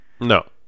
No